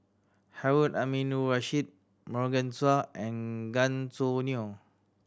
Harun Aminurrashid Morgan Chua and Gan Choo Neo